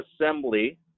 assembly